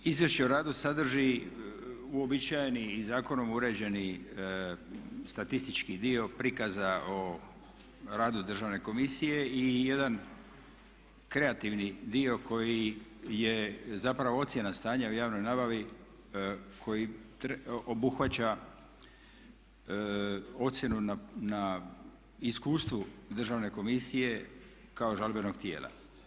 Izvješće o radu sadrži uobičajeni i zakonom uređeni statistički dio prikazao o radu Državne komisije i jedan kreativni dio koji je zapravo ocjena stanja u javnoj nabavi koji obuhvaća ocjenu na iskustvu Državne komisije kao žalbenog tijela.